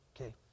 okay